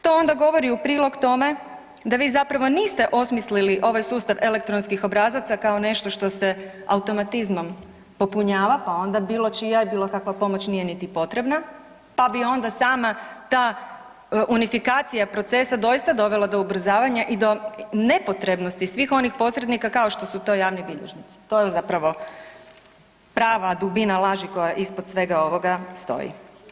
To onda govori u prilog tome da vi zapravo niste osmislili ovaj sustav elektronskih obrazaca kao nešto što se automatizmom popunjava pa onda bilo čija i bilo kakva pomoć nije niti potrebna, pa bi onda sama ta unifikacija procesa doista dovela do ubrzavanja i do nepotrebnosti svih onih posrednika kao što su to javni bilježnici, to je zapravo prava dubina laži koja ispod svega ovoga stoji.